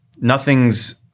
nothing's